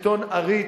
שלטון עריץ,